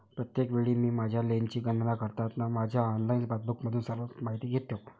प्रत्येक वेळी मी माझ्या लेनची गणना करताना माझ्या ऑनलाइन पासबुकमधून सर्व माहिती घेतो